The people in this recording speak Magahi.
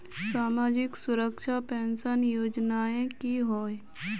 सामाजिक सुरक्षा पेंशन योजनाएँ की होय?